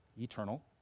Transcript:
eternal